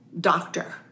doctor